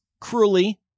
cruelly